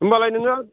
होनबालाय नोङो